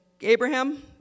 Abraham